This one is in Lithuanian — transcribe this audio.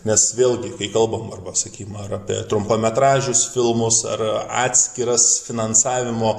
nes vėlgi kai kalbam arba sakykim ar apie trumpametražius filmus ar atskiras finansavimo